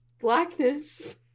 blackness